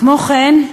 כמו כן,